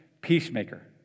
peacemaker